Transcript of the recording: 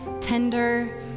tender